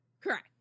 Correct